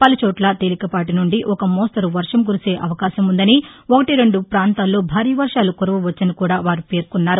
పలుచోట్ల తేలికపాటు నుండి ఒక మోస్తరు వర్టం కురిసే అవకాశముందని ఒకటి రెండు పాంతాల్లో భారీ వర్షాలు కురియవచ్చునని కూడా వారు పేర్కొన్నారు